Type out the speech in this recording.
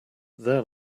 then